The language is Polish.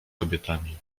kobietami